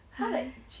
!hais!